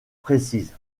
précises